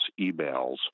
emails